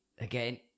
Again